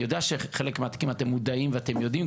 אני יודע שחלק מהתיקים אתם מודעים ואתם יודעים,